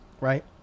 right